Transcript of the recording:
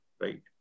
right